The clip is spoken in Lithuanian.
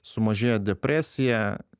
sumažėja depresija